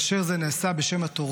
וכאשר זה נעשה בשם התורה,